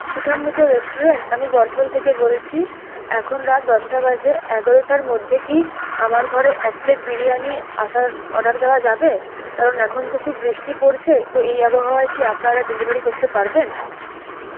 Sudhamrita restaurant আমি বর্থল থেকে বলছি এখন রাত দশটা বাজে এগারোটার মধ্যে কি আমার ঘরে এক প্লেট বিরিয়ানি আসার অর্ডার দেওয়া যাবে কারণ এখন তো খুব বৃষ্টি পড়ছে তো এই আবহাওয়ায় কি আপনারা ডেলিভারি করতে পারবেন